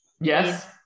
Yes